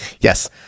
Yes